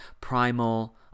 primal